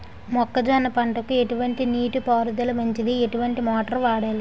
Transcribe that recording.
మొక్కజొన్న పంటకు ఎటువంటి నీటి పారుదల మంచిది? ఎటువంటి మోటార్ వాడాలి?